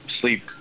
sleep